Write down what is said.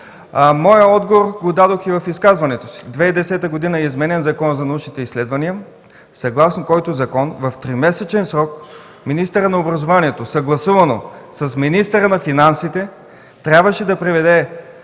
Моят отговор дадох и в изказването си. През 2010 г. е изменен Законът за научните изследвания, съгласно който в тримесечен срок министърът на образованието, младежта и науката, съгласувано с министъра на финансите, трябваше да приведе